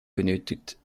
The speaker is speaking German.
benötigt